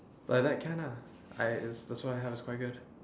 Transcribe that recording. like that can lah I so I have it's quite good